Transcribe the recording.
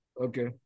Okay